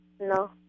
No